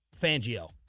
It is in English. Fangio